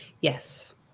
Yes